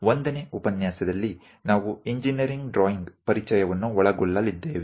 1ನೇ ಉಪನ್ಯಾಸದಲ್ಲಿ ನಾವು engineering drawing ಪರಿಚಯವನ್ನು ಒಳಗೊಳ್ಳಲಿದ್ದೇವೆ